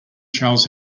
charles